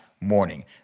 morning